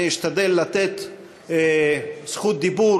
אני אשתדל לתת זכות דיבור,